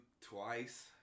twice